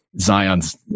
Zion's